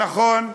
נכון,